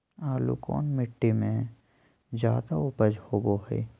आलू कौन मिट्टी में जादा ऊपज होबो हाय?